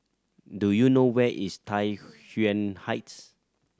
do you know where is Tai Yuan Heights